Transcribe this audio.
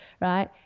right